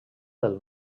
del